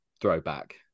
throwback